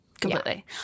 completely